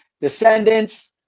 Descendants